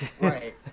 Right